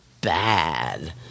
bad